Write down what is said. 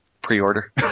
pre-order